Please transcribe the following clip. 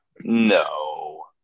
No